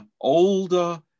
older